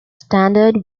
standard